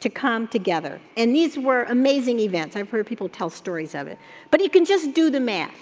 to come together and these were amazing events, i've heard people tell stories of it but you can just do the math,